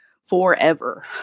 Forever